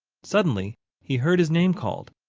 suddenly he heard his name called,